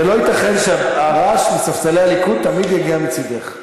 זה לא ייתכן שהרעש מספסלי הליכוד תמיד יגיע מצדך.